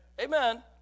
Amen